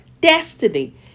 destiny